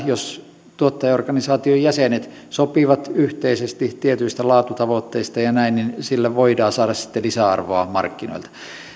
jos vielä tuottajaorganisaation jäsenet sopivat yhteisesti tietyistä laatutavoitteista ja näin niin sillä voidaan saada sitten lisäarvoa markkinoille